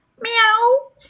Meow